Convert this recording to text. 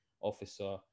officer